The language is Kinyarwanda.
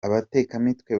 abatekamitwe